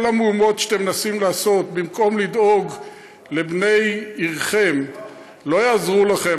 כל המהומות שאתם מנסים לעשות במקום לדאוג לבני עירכם לא יעזרו לכם.